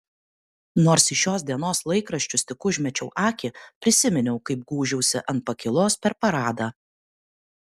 nors į šios dienos laikraščius tik užmečiau akį prisiminiau kaip gūžiausi ant pakylos per paradą